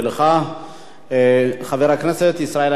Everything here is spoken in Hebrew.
חבר הכנסת ישראל אייכלר, איננו.